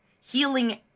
healing